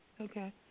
Okay